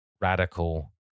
radical